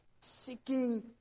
Seeking